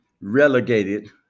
relegated